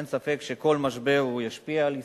אין ספק שכל משבר ישפיע על ישראל,